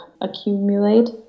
accumulate